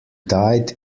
died